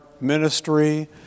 ministry